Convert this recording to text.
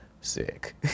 sick